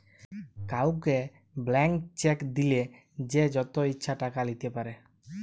কাউকে blank cheque দিলে সে যত ইচ্ছা টাকা লিতে পারে